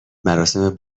مراسم